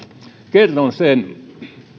kerron sen